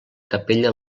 capella